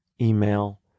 email